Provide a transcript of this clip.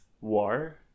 war